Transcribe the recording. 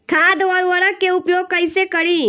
खाद व उर्वरक के उपयोग कइसे करी?